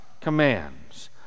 commands